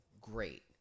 great